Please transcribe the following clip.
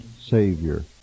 Savior